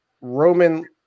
Roman